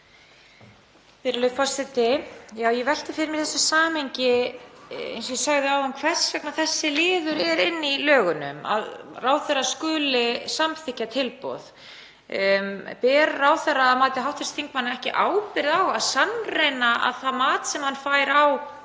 Virðulegi forseti. Ég velti fyrir mér þessu samhengi, eins og ég sagði áðan, hvers vegna þessi liður er inni í lögunum, að ráðherra skuli samþykkja tilboð. Ber ráðherra að mati hv. þingmanns ekki ábyrgð á að sannreyna að það mat sem hann fær á